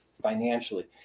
financially